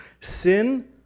Sin